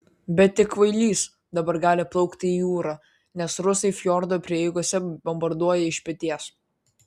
bet tik kvailys dabar gali plaukti į jūrą nes rusai fjordo prieigose bombarduoja iš peties